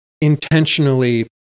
intentionally